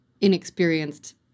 inexperienced